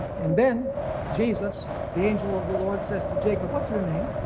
and then jesus, the angel of the lord says to jacob, what's your name?